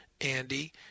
Andy